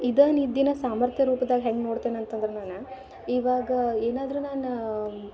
ಇದೇ ನಿದ್ದಿನೇ ಸಾಮರ್ಥ್ಯ ರೂಪ್ದಾಗ ಹೆಂಗೆ ನೋಡ್ತೇನಂತಂದ್ರೆ ನಾನು ಇವಾಗ ಏನಾದರೂ ನಾನು